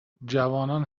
جوانان